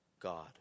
God